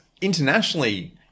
internationally